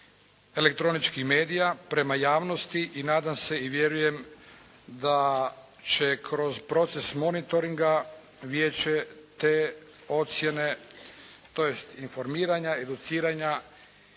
elektroničkih medija prema javnosti. I nadam se i vjerujem da će kroz proces monitoringa vijeće te ocjene tj. informiranja, educiranja